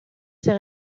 ses